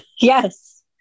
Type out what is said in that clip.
Yes